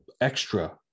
extra